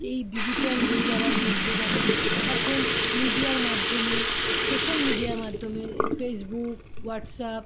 এই ডিজিটাল হয়ে যাওয়ার মধ্যে যেমন এখন মিডিয়ার মাধ্যমে সোশ্যাল মিডিয়ার মাধ্যমে ফেসবুক হোয়াটসঅ্যাপ